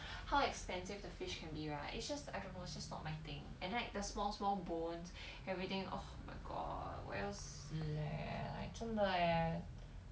how expensive the fish can be right it's just I don't know it's just not my thing and then like the small small bones everything oh my god 我要死 leh 真的 leh